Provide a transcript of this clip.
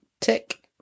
Tick